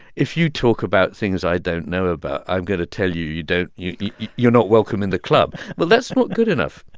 if you talk about things i don't know about, i've got to tell you you don't you're not welcome in the club well, that's not good enough